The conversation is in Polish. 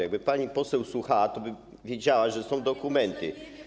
Jakby pani poseł słuchała, toby wiedziała, że są dokumenty.